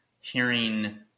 hearing